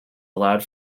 allowed